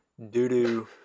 Doodoo